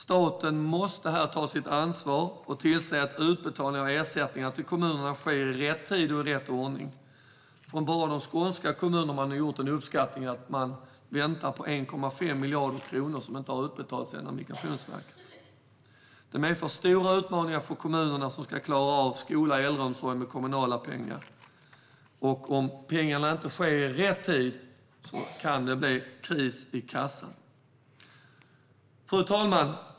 Staten måste här ta sitt ansvar och tillse att utbetalning av ersättningar till kommunerna sker i rätt tid och i rätt ordning. Bara de skånska kommunerna har uppskattat att de väntar på 1,5 miljarder kronor som inte har utbetalats av Migrationsverket. Det är för stora utmaningar för de kommuner som ska klara av skola och äldreomsorg med kommunala pengar. Om utbetalning av pengarna inte sker i rätt tid kan det bli kris i kassan. Fru talman!